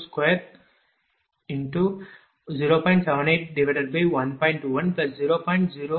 00755222